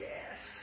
Yes